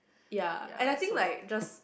ya and I think like just